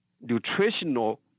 nutritional